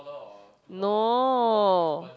no